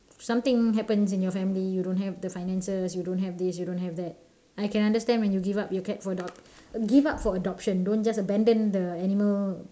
something happens in your family you don't have the finances you don't have this you don't have that I can understand when you give up your cat or dog give up for adoption don't just abandon the animal